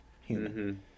human